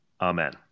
Amen